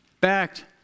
backed